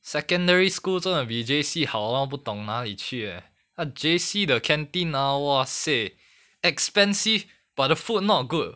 secondary school 真的比 J_C 好玩不懂哪里去 leh ah J_C 的 canteen ah !wah! seh expensive but the food not good